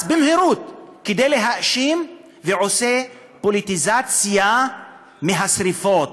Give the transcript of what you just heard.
במהירות כדי להאשים ועושה פוליטיזציה מהשרפות.